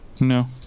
No